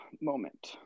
moment